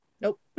nope